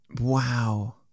wow